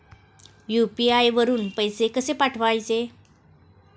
UPI वरून पैसे कसे पाठवायचे?